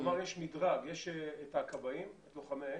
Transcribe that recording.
כלומר, יש מדרג, יש את הכבאים, לוחמי האש,